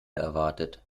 erwartet